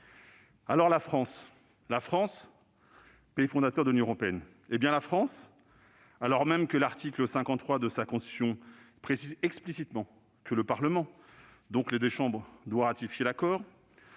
En France- pays fondateur de l'Union européenne -, alors même que l'article 53 de la Constitution précise explicitement que le Parlement, c'est-à-dire les deux chambres, doit ratifier l'accord,